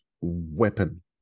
weapon